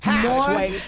more